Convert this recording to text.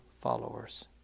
followers